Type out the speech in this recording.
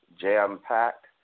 jam-packed